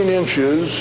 inches